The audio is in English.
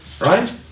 right